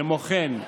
כמו כן,